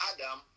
Adam